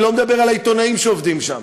אני לא מדבר על העיתונאים שעובדים שם.